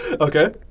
Okay